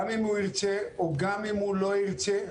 גם אם הוא ירצה וגם אם לא ירצה,